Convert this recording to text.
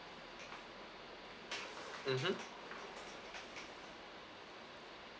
mmhmm